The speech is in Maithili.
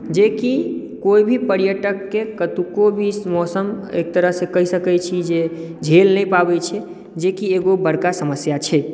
जेकि कोइ भी पर्यटकके कतुक्को भी मौसम एक तरहसँ कहि सकैत छी जे झेल नहि पाबैत छै जेकि एगो बड़का समस्या छै